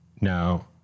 Now